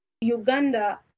Uganda